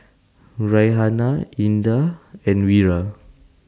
Raihana Indah and Wira